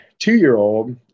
two-year-old